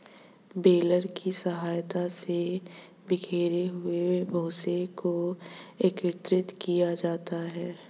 baler की सहायता से बिखरे हुए भूसे को एकत्रित किया जाता है